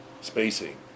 spacing